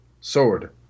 sword